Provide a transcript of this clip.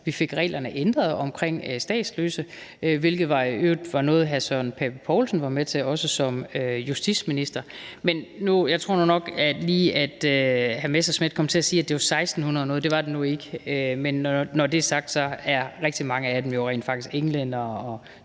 Vi fik reglerne om statsløse ændret, hvilket i øvrigt var noget, hr. Søren Pape Poulsen også var med til som justitsminister. Men jeg tror nu nok, at hr. Morten Messerschmidt lige kom til at sige, at det var 1.600 personer. Det var det nu ikke, men når det er sagt, er rigtig mange af dem jo rent faktisk englændere,